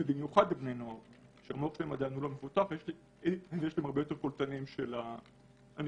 במיוחד לבני נוער ויש להם הרבה יותר קולטנים של הניקוטין.